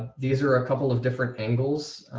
these are a couple of different angles.